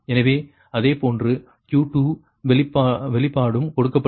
எனவே அதேபோன்று Q2 வெளிப்பாடும் கொடுக்கப்பட்டது